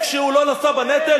כן, כשהוא לא נשא בנטל?